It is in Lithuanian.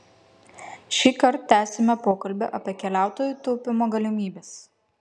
šįkart tęsiame pokalbį apie keliautojų taupymo galimybes